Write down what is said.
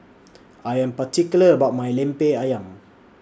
I Am particular about My Lemper Ayam